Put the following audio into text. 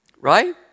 Right